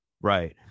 right